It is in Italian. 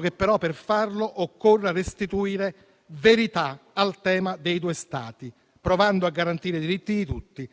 che, per farlo, occorra restituire verità al tema dei due Stati, provando a garantire i diritti di tutti,